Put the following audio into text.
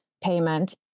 payment